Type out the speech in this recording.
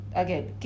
again